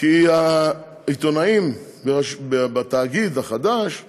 כי העיתונאים בתאגיד החדש אמרו: